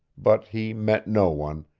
but he met no one,